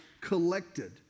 collected